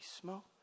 smoke